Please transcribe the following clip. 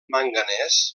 manganès